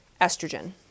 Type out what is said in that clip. estrogen